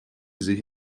sich